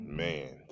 man